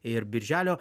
ir birželio